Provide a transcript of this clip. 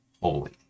holy